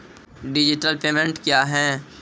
Digital payment क्या हैं?